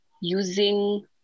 using